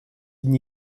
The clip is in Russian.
дни